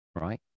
right